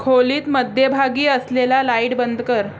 खोलीत मध्यभागी असलेला लाईट बंद कर